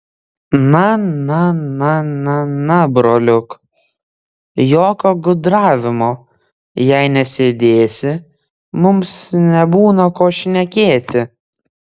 na na na na na broliuk jokio gudravimo jei nesėdėsi mums nebūna ko šnekėti